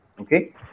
Okay